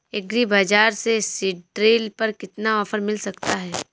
Agree बाजार से seed drill पर कितना ऑफर मिल सकता है?